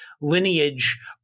lineage